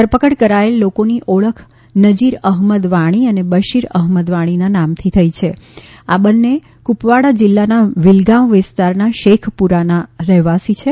ધરપકડ કરાયેલ લોકોની ઓળખ નજીર અહમદ વાણી અને બશીર અહમદ વાણીના નામથી થઈ છે અને આ બંને કુપવાડા જિલ્લાના વિલગાંવ વિસ્તારના શેખપુરાના રહેવાસી છે